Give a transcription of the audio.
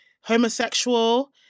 homosexual